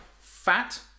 fat